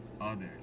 others